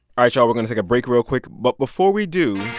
right, y'all. we're going to take a break real quick. but before we do.